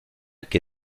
que